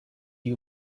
you